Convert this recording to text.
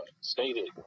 stated